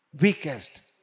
weakest